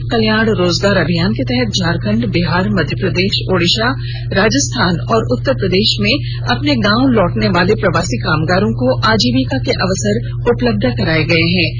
गरीब कल्याण रोजगार अभियान के तहत झारखंड बिहार मध्य प्रदेश ओड़िशा राजस्थान और उत्तर प्रदेश में अपने गांव लौटने वाले प्रवासी कामगारों को आजीविका के अवसर उपलब्ध कराये गए हैं